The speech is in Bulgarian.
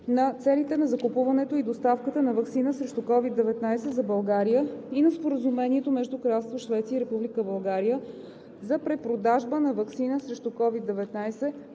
на целите на закупуването и доставката на ваксина срещу COVID-19 за България и на Споразумението между Кралство Швеция и Република България за препродажба на ваксина срещу COVID-19,